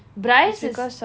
bryce is